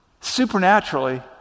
supernaturally